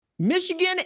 Michigan